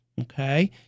Okay